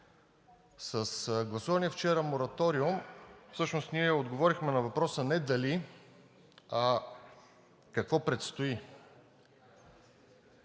С гласувания вчера мораториум всъщност ние отговорихме на въпроса не дали, а какво предстои.